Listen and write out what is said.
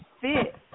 fit